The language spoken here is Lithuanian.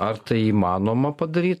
ar tai įmanoma padaryt